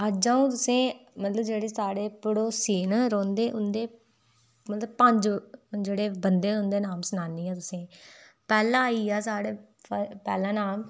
अज्ज आ'ऊं तुसेंई मतलब जेह्ड़े साढ़े पड़ोसी न रौंह्दे उं'दे मतलब पंज जेह्ड़े बंदे उं'दे नाम सनानी आं तुसेंगी पैह्ला आई गेआ साढ़े पैह्ला नाम